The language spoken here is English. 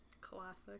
Classic